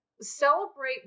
Celebrate